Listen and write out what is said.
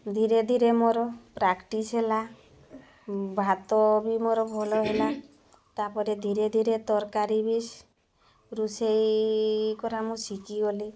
ଧୀରେ ଧୀରେ ମୋର ପ୍ରାକ୍ଟିସ୍ ହେଲା ଭାତ ବି ମୋର ଭଲ ହେଲା ତା'ପରେ ଧୀରେ ଧୀରେ ତରକାରୀ ବି ରୋଷେଇ କରା ମୁଁ ଶିଖିଗଲି